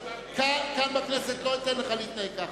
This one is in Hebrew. כאן בכנסת לא אתן לך להתנהג כך.